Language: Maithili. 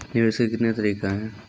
निवेश के कितने तरीका हैं?